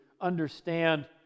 understand